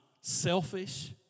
selfish